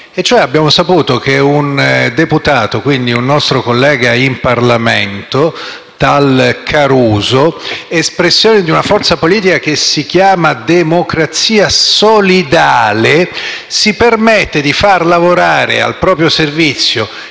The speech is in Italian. e cioè che un deputato, quindi un nostro collega in Parlamento, tale Caruso, espressione di una forza politica che si chiama Democrazia Solidale-Centro Democratico si permette di far lavorare al proprio servizio,